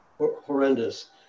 horrendous